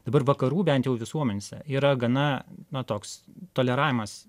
dabar vakarų bent jau visuomenėse yra gana na toks toleravimas